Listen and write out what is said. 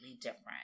different